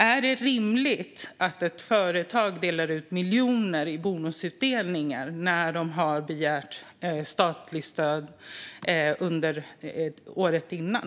Är det rimligt att ett företag delar ut miljoner i bonus när man har begärt statligt stöd året innan?